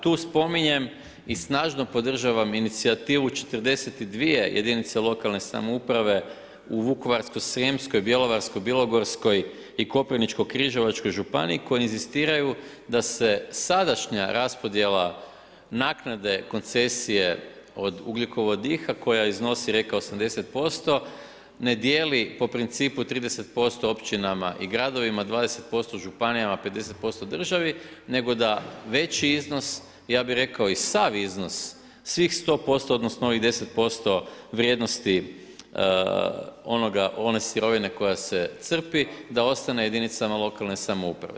Tu spominjem i snažno podržavam inicijativu 42 jedinice lokalne samouprave u Vukovarsko-srijemskoj, Bjelovarko-bilogorskoj i Koprivničko-križevačkoj županiji koje inzistiraju da se sadašnja raspodjela naknade koncesije od ugljikovodika koja iznosi rekao sam 80% ne dijeli po principu 30% općinama i gradovima 20% županijama, 50% državi, nego da veći iznos ja bih rekao i sav iznos svih 100%, odnosno ovih 10% vrijednosti one sirovine koja se crpi da ostane jedinicama lokalne samouprave.